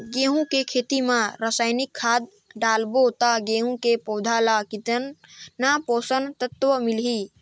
गंहू के खेती मां रसायनिक खाद डालबो ता गंहू के पौधा ला कितन पोषक तत्व मिलही?